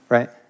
Right